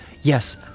Yes